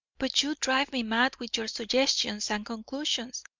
but you drive me mad with your suggestions and conclusions.